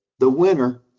the winner,